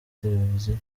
televiziyo